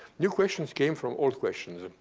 new questions came from old questions. and